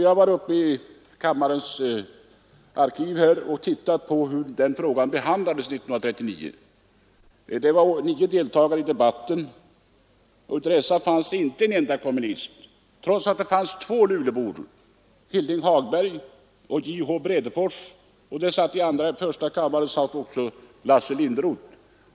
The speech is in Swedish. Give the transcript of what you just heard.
I riksdagens arkiv har jag studerat hur den frågan behandlades år 1939. Nio ledamöter deltog i debatten, och bland dessa var ingen kommunist, trots att det fanns två Luleåbor i riksdagen, Hilding Hagberg och J. H. Brädefors, samt i första kammaren Sven Linderot.